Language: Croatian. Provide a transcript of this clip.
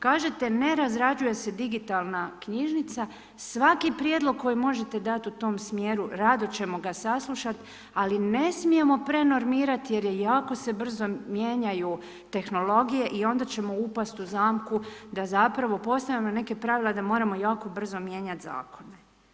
Kažete ne razrađuje se digitalna knjižnica, svaki prijedlog koji možete dati u tom smjeru rado ćemo ga saslušat, ali ne smijemo prenormirati jer jako se brzo mijenjaju tehnologije i onda ćemo upasti u zamku da zapravo postavljamo neka pravila da moramo jako brzo mijenjati zakon.